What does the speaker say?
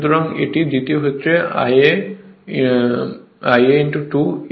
সুতরাং এবং এটি দ্বিতীয় ক্ষেত্রে Ia 2 এবং n 2 হবে